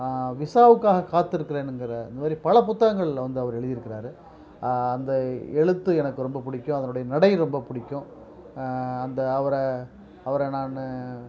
விசாவுக்காக காத்திருக்குறேனுங்கிற இந்தமாரி பல புத்தகங்கள் வந்து அவர் எழுதிருக்குறாரு அந்த எழுத்து எனக்கு ரொம்ப பிடிக்கும் அதனுடைய நடை ரொம்ப பிடிக்கும் அந்த அவரை அவரை நான்